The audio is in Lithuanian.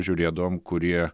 žiūrėdavom kurie